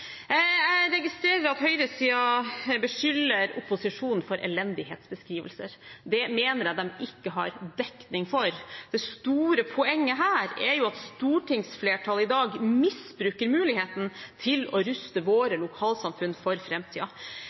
Jeg registrerer at høyresiden beskylder opposisjonen for elendighetsbeskrivelser. Det mener jeg de ikke har dekning for. Det store poenget er at stortingsflertallet i dag misbruker muligheten til å ruste våre lokalsamfunn for